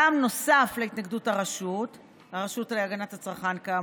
טעם נוסף להתנגדות הרשות להגנת הצרכן הוא